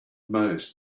most